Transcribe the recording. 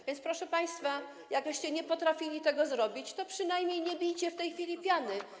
A więc, proszę państwa, jak nie potrafiliście tego zrobić, to przynajmniej nie bijcie w tej chwili piany.